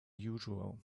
usual